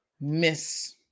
miss